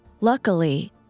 Luckily